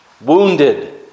Wounded